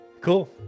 Cool